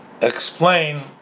explain